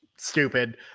stupid